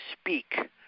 speak